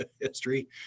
history